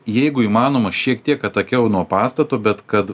jeigu įmanoma šiek tiek atakiau nuo pastato bet kad